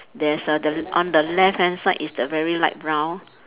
there's a the on the left hand side is the very light brown